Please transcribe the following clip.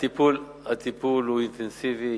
הטיפול הוא אינטנסיבי.